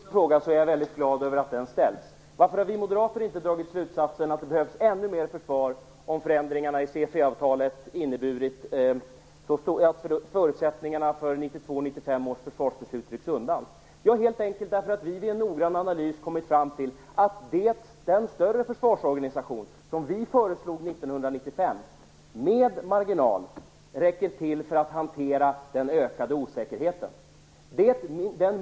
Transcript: Fru talman! Jag är väldigt glad att Britt Bohlin ställer den första frågan. Varför har inte vi moderater dragit slutsatsen att det behövs ännu mer försvar om förändringarna i CFE-avtalet inneburit att förutsättningarna för 1992 och 1995 års försvarsbeslut rycks undan? Jo, helt enkelt därför att vi vid en noggrann analys kommit fram till att den större försvarsorganisation som vi föreslog 1995 med marginal räcker till för att hantera den ökade osäkerheten.